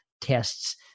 tests